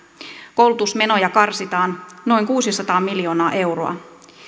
koulutusmenoja karsitaan noin kuusisataa miljoonaa euroa